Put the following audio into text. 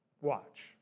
watch